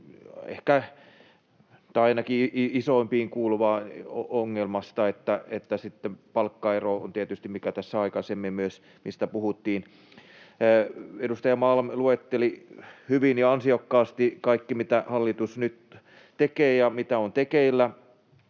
tai ainakin isoimpiin kuuluvasta ongelmasta. Palkkaero on tietysti myös, mistä tässä aikaisemmin puhuttiin. Edustaja Malm luetteli hyvin ja ansiokkaasti kaikki, mitä hallitus nyt tekee ja mitä on tekeillä.